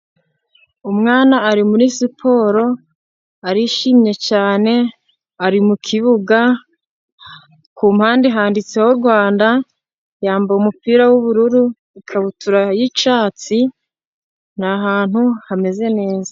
Umwana ari muri siporo arishimye cyane ari mu kibuga. Ku mpande handitseho Rwanda yambaye umupira w'ubururu ikabutura y'icyatsi. Ni ahantu hameze neza.